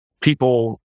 people